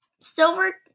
silver